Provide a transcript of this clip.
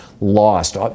lost